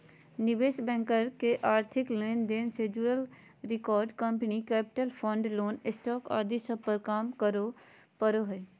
निवेश बैंकर के आर्थिक लेन देन से जुड़ल record, company capital, fund, loan, stock आदि सब पर काम करे पड़ो हय